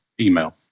email